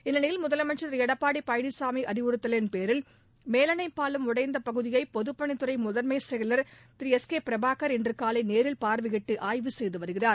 இந்நிலையில் முதலமைச்சர் திரு எடப்பாடி பழனிசாமி அறிவுறுத்தலின் பேரில் மேலணை பாலம் உடைந்த பகுதியை பொதுப்பணித் துறை முதன்மை செயலர் திரு எஸ் கே பிரபாகர் இன்றுகாலை நேரில் பார்வையிட்டு ஆய்வு செய்து வருகிறார்